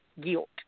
guilt